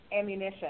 ammunition